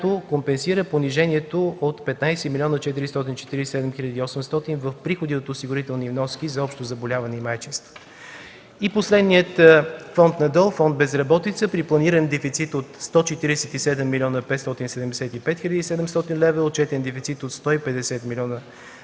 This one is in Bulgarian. компенсира понижението от 15 млн. 447 хил. и 800 лева в приходите от осигурителни вноски за общо заболяване и майчинство. Последният фонд на ДОО е Фонд „Безработица”. При планиран дефицит от 147 млн. 575 хил. и 700 лева е отчетен дефицит от 150 млн.